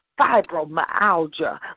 fibromyalgia